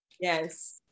Yes